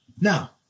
Now